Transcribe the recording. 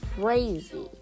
crazy